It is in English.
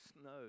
snow